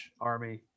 army